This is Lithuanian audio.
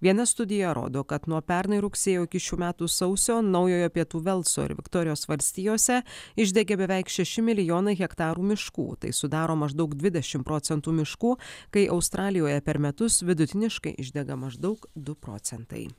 viena studija rodo kad nuo pernai rugsėjo iki šių metų sausio naujojo pietų velso ir viktorijos valstijose išdegė beveik šeši milijonai hektarų miškų tai sudaro maždaug dvidešimt procentų miškų kai australijoje per metus vidutiniškai išdega maždaug du procentai